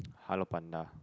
Hello Panda